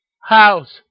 house